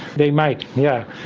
they might, yeah